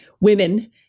women